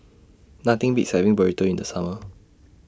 Nothing Beats having Burrito in The Summer